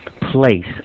place